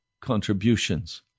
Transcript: contributions